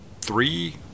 three